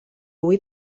vull